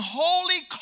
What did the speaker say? holy